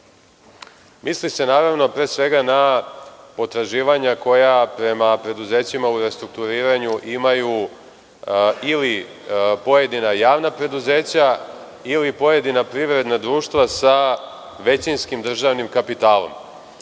misli se, naravno, pre svega na potraživanja koja prema preduzećima u restrukturiranju imaju ili pojedina javna preduzeća ili pojedina privredna društva sa većinskim državnim kapitalom. Mislim